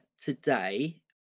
today